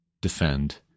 defend